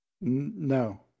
No